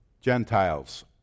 Gentiles